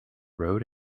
road